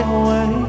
away